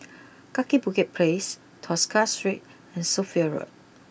Kaki Bukit place Tosca Street and Sophia Road